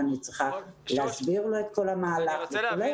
אני צריכה להסביר לו את כל המהלך וכו',